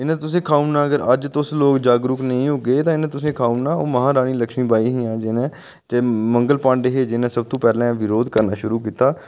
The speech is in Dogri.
इ'नें तुसेंगी खाई ओड़ना अगर अज्ज तुस लोग जागरुक नेई होगे ते इ'नें तुसें लोके गी खाई ओड़ना ओह् महारानी लक्ष्मी बाई हियां मंगल पांडे हे जिनें सब तू पैह्ले विद्रोह करना शुरू कीता